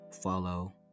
follow